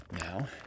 now